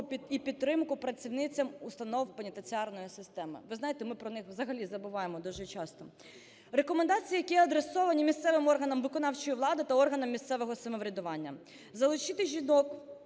і підтримку працівницям установ пенітенціарної системи. Ви знаєте, ми про них взагалі забуваємо дуже часто. Рекомендації, які адресовані місцевим органам виконавчої влади та органам місцевого самоврядування. Залучити жінок